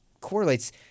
correlates